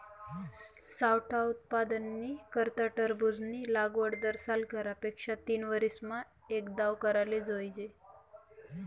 सावठा उत्पादननी करता टरबूजनी लागवड दरसाल करा पेक्षा तीनवरीसमा एकदाव कराले जोइजे